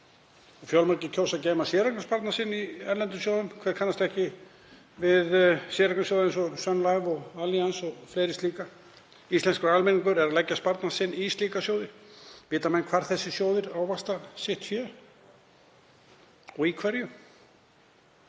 Fjölmargir kjósa að geyma séreignarsparnað sinn í erlendum sjóðum. Hver kannast ekki við séreignarsjóði eins og Sun Life og Allianz og fleiri slíka? Íslenskur almenningur leggur sparnað sinn í slíka sjóði. Vita menn hvar þessir sjóðir ávaxta sitt fé og í hverju?